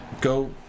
go